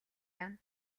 яана